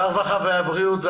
הרווחה והבריאות.